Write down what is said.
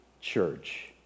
church